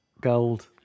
gold